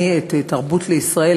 הקמתי את "תרבות לישראל",